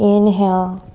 inhale.